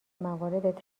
موارد